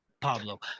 Pablo